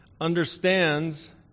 understands